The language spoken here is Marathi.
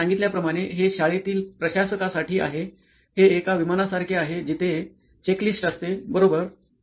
तुम्ही सांगितल्याप्रकारे हे शाळेतील प्रशासकासाठी आहे हे एका विमानसारखे आहे जिथे चेक लिस्ट असते बरोबर